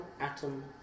atom